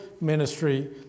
ministry